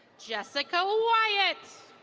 jessica ah wyatt.